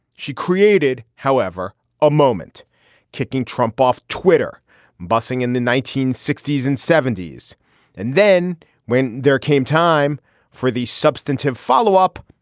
she created however a moment kicking trump off twitter busing in the nineteen sixty s and seventy s and then when there came time for the substantive follow up.